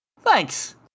thanks